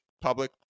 public